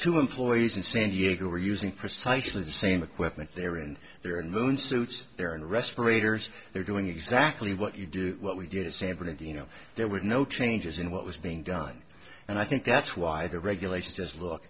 two employees in san diego are using precisely the same equipment there and they're in moon suits they're in respirators they're doing exactly what you do what we did san bernardino there were no changes in what was being done and i think that's why the regulations just